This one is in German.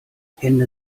hände